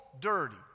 dirty